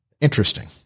Interesting